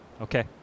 okay